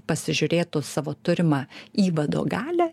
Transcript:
pasižiūrėtų savo turimą įvado galią